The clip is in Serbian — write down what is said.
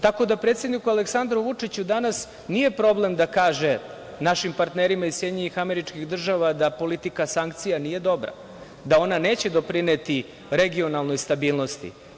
Tako da predsedniku Aleksandru Vučiću danas nije problem da kaže našim partnerima iz SAD da politika sankcija nije dobra, da ona neće doprineti regionalnoj stabilnosti.